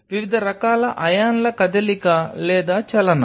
వివిధ రకాల అయాన్ల కదలిక లేదా చలనం